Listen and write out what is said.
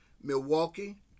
Milwaukee